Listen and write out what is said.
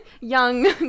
young